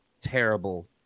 terrible